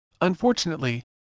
Unfortunately